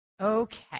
Okay